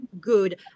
good